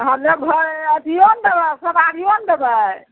हँ लेबहे अथियो ने देबय सबारियो ने देबय